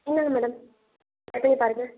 இந்தாங்க மேடம் பாருங்கள்